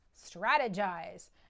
strategize